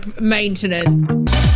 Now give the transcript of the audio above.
maintenance